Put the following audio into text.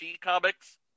comics